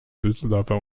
düsseldorfer